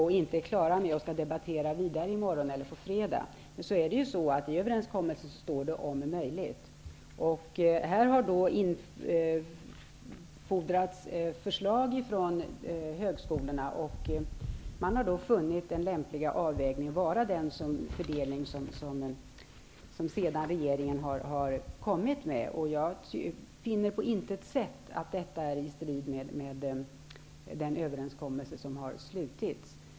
Vi är inte klara med det. Vi skall debattera vidare i morgon eller på fredag. Det har infordrats förslag från högskolorna. Då har man funnit den lämpliga avvägningen vara den fördelning som regeringen sedan har kommit med. Jag finner på intet sätt att detta är i strid med den överenskommelse som har slutits.